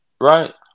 right